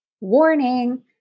Warning